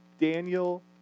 Daniel